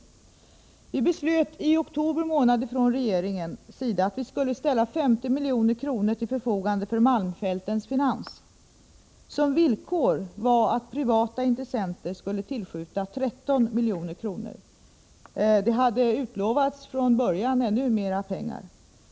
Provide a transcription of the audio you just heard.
Regeringen beslöt i oktober att ställa 50 milj.kr. till förfogande för Malmfälten Finans. Villkoret var att privata intressenter skulle skjuta till 13 milj.kr. Från början hade från det hållet utlovats ännu mera pengar.